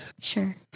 Sure